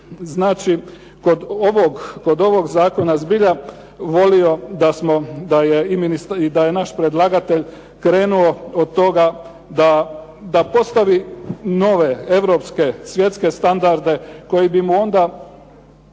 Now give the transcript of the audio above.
znači kod ovog zakona zbilja volio da smo, da je i naš predlagatelj krenuo od toga da postavi nove europske svjetske standarde koji bi mu onda